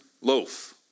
loaf